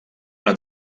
una